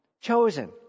Chosen